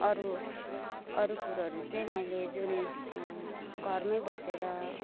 अरू कुरोहरू चाहिँ मैले जुन घरमै बसेर